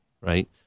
right